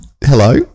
Hello